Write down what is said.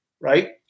right